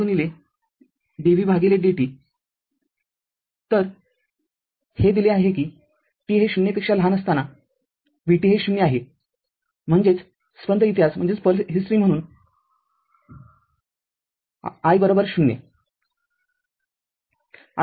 तरहे दिले आहे की t हे ० पेक्षा लहान असताना vt हे ० आहे म्हणजेच स्पंद इतिहास म्हणून i ०